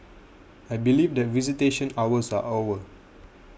I believe that visitation hours are over